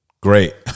great